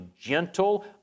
gentle